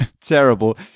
terrible